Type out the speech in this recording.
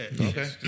Okay